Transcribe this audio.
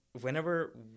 whenever